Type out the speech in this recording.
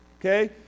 okay